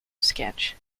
sketch